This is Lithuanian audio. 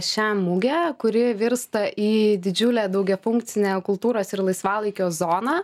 šią mugę kuri virsta į didžiulę daugiafunkcinę kultūros ir laisvalaikio zoną